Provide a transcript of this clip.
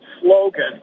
slogan